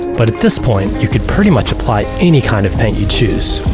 but at this point, you could pretty much apply any kind of paint you choose.